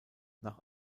nach